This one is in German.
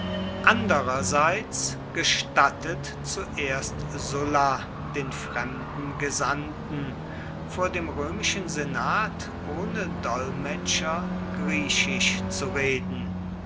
andererseits gestattet zuerst sulla den fremden gesandten vor dem römischen senat ohne dolmetscher griechisch zu reden